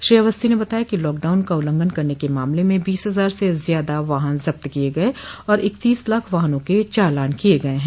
श्री अवस्थी ने बताया कि लॉकडाउन का उल्लंघन करने के मामले में बीस हजार से ज्यादा वाहन जब्त किये गये और इकतीस लाख वाहनों के चालान किये गये हैं